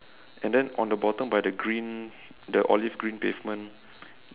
and then on the bottom by the green the olive green pavement